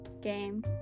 game